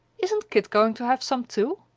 isn't kit going to have some too?